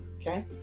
Okay